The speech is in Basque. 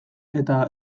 eta